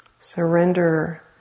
Surrender